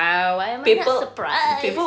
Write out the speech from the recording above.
!wow! why am I not surprised